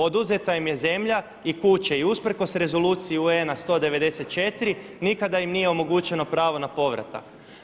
Oduzeta im je zemlja i kuće i usprkos Rezoluciji UN-a 194. nikada im nije omogućeno pravo na povratak.